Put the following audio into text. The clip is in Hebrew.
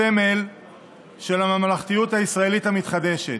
הסמל של הממלכתיות הישראלית המתחדשת.